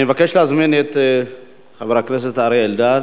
אני מבקש להזמין את חבר הכנסת אריה אלדד,